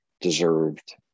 deserved